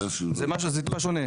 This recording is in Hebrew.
אה זה שונה זה טיפה שונה.